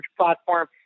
platform